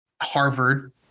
harvard